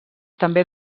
també